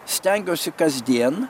stengiuosi kasdien